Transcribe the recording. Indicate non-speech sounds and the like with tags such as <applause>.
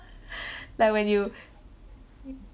<laughs> like when you